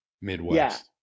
Midwest